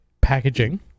packaging